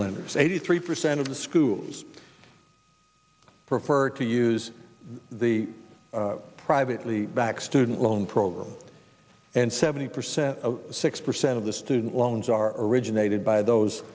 limits eighty three percent of the schools prefer to use the privately back student loan program and seventy percent six percent of the student loans are originated by those